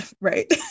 right